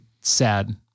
sad